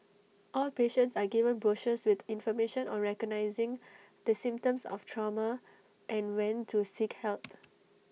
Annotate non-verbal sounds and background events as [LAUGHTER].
all patients are given brochures with information on recognising the symptoms of trauma and when to seek help [NOISE]